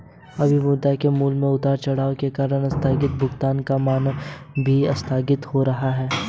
अभी मुद्रा के मूल्य के उतार चढ़ाव के कारण आस्थगित भुगतान का मानक भी आस्थगित हो रहा है